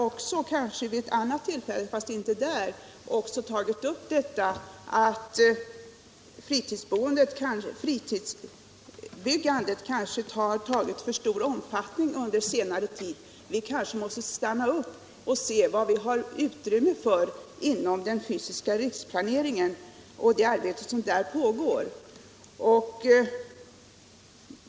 Jag har vid ett annat tillfälle sagt att fritidsbyggandet kanske fått för stor omfattning under senare tid. Vi kanske måste stanna upp och se vad vi har utrymme till inom ramen för den fysiska riksplaneringen.